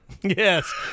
yes